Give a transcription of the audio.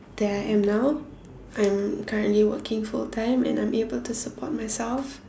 that I am now I'm currently working full time and I'm able to support myself